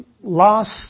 last